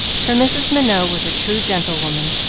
for mrs. minot was a true gentlewoman,